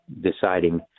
deciding